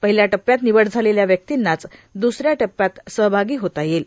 पहिल्या टप्प्यात निवड झालेल्या व्यक्तींनाच दुसऱ्या टप्प्यात सहभागी होता येईल